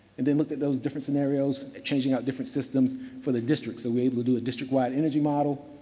and then looked at those different scenarios, changing out different systems for the district. so, we were able to do a district wide energy model.